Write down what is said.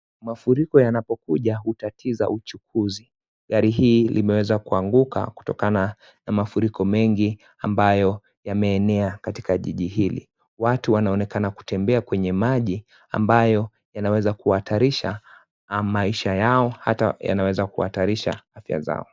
Mafuriko anapokuja hutatiza uchukuzi. Gari hii limeweza kuanguka kutokana na mafuriko mengi ambayo yameenea katika jiji hili. Watu wanaonekana kutembea kwenye maji ambayo, yanaweza kuhatarisha maisha yao hata yanaweza kuhatarisha afya zao.